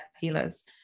healers